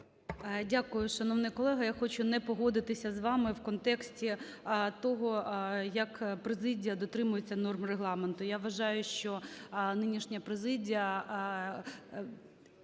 Дякую, шановний колего. Я хочу не погодитися з вами в контексті того, як президії дотримується норм Регламенту. Я вважаю, що нинішня президія